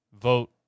vote